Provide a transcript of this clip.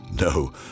No